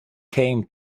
came